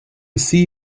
see